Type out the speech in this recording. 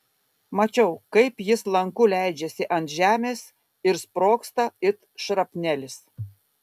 mačiau kaip jis lanku leidžiasi ant žemės ir sprogsta it šrapnelis